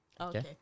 Okay